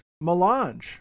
melange